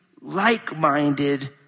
like-minded